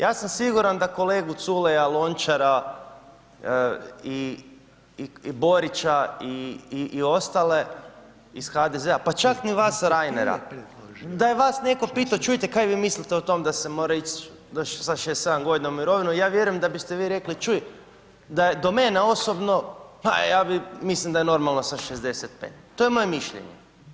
Ja sam siguran da kolegu Culeja, Lončara i Borića i ostale iz HDZ-a, pa čak ni vas Reinera, da je vas netko pitao čujte kaj vi mislite o tome da se mora ići sa 67.g. u mirovinu, ja vjerujem da biste vi rekli, čuj, da je do mene osobno, pa ja bi, mislim da je normalno sa 65, to je moje mišljenje.